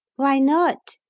why not?